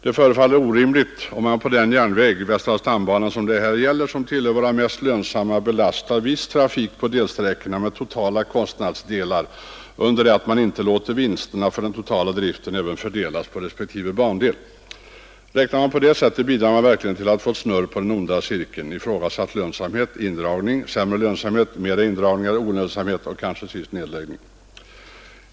Det förefaller orimligt om man på den järnväg, västra stambanan, som det här gäller och som tillhör våra mest lönsamma, belastar viss trafik på delsträckor med totala kostnadsdelar under det att man inte låter vinsterna för den totala driften även fördelas på respektive bandel. Räknar man på det sättet bidrar man verkligen till att få snurr på den onda cirkeln: ifrågasatt lönsamhet — indragning — sämre lönsamhet — mera indragningar — olönsamhet — och kanske till sist nedläggning.